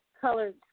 colored